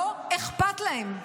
לא אכפת להם,